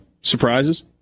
surprises